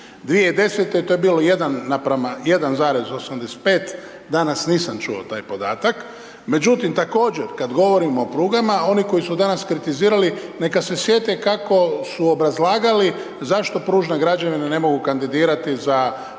2010. to je bilo, 1,85 danas nisam čuo taj podatak. Međutim, također, kada govorimo oprugama, oni koji su danas kritizirali, neka se sjete, kako su obrazlagali, zašto pružne građevine ne mogu kandidirati za prugu